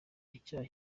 icyaha